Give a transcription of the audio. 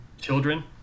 children